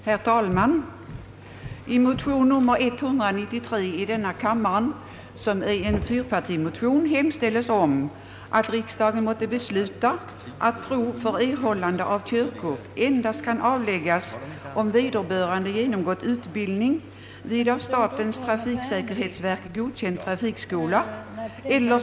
Herr talman! I motion I: 193, som är en fyrpartimotion, hemställes att riksdagen måtte besluta att prov för erhållande av körkort får avläggas endast av den som företer bevis om genomgången förarutbildning vid av statens trafiksäkerhetsverk godkänd trafikskola.